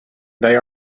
they